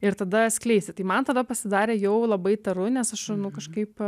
ir tada atskleisit tai man tada pasidarė jau labai įtaru nes aš nu kažkaip